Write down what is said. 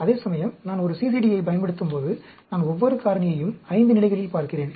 அதேசமயம் நான் ஒரு CCD யைப் பயன்படுத்தும்போது நான் ஒவ்வொரு காரணியையும் 5 நிலைகளில் பார்க்கிறேன்